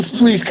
please